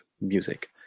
music